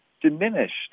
diminished